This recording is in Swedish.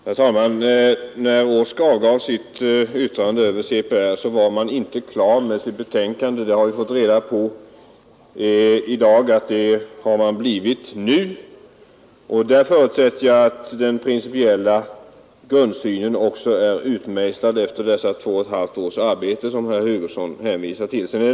Herr talman! När OSK avgav sitt yttrande över CPR var utredningen inte klar med sitt betänkande. Vi har i dag fått reda på att man har blivit det nu, och jag förutsätter att den principiella grundsynen också har utmejslats efter dessa två och ett halvt års arbete som herr Hugosson hänvisar till.